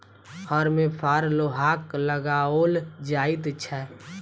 हर मे फार लोहाक लगाओल जाइत छै